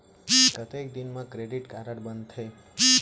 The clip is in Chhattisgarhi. कतेक दिन मा क्रेडिट कारड बनते?